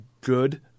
good